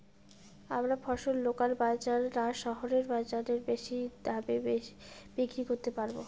আমরা ফসল লোকাল বাজার না শহরের বাজারে বেশি দামে বিক্রি করতে পারবো?